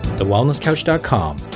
TheWellnessCouch.com